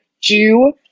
Jew